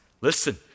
listen